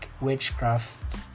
witchcraft